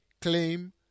claim